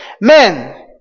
Men